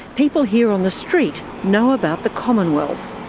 people here on the street know about the commonwealth.